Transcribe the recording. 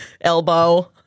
Elbow